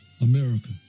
America